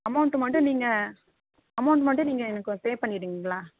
amount மட்டும் நீங்கள் amount மட்டும் நீங்கள் எனக்கு கொஞ்சம் பே பண்ணிடுறீங்களா